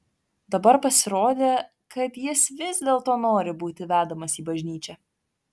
dabar pasirodė kad jis vis dėlto nori būti vedamas į bažnyčią